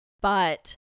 But-